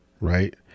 Right